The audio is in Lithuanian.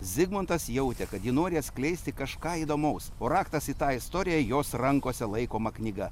zigmantas jautė kad ji nori atskleisti kažką įdomaus o raktas į tą istoriją jos rankose laikoma knyga